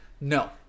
No